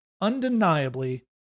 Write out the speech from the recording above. undeniably